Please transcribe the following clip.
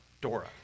Dora